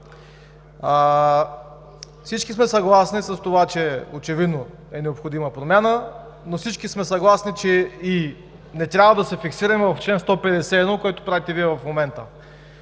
Всички сме съгласни с това, че очевидно е необходима промяна, но всички сме съгласни, че и не трябва да се фиксираме в чл. 151, което правите Вие в момента.